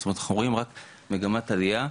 זאת אומרת אנחנו רואים רק מגמת עלייה,